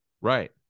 right